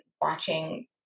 watching